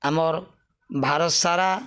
ଆମର୍ ଭାରତ୍ ସାରା